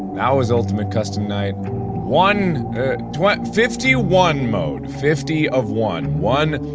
now is ultimate custom night one one fifty one mode fifty of one one